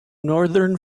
northern